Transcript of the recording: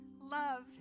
Love